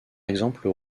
exemple